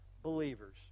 believers